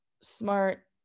smart